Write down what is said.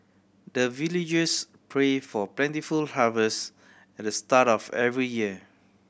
the villagers pray for plentiful harvest at the start of every year